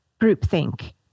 groupthink